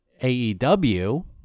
aew